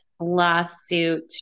lawsuit